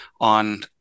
on